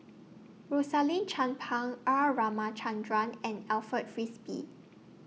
Rosaline Chan Pang R Ramachandran and Alfred Frisby